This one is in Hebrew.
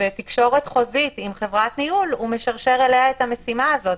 ובתקשורת חוזית עם חברת ניהול הוא משרשר אליה את המשימה הזאת.